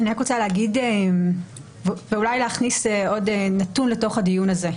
אני רק רוצה להכניס עוד נתון לדיון הזה,